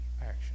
action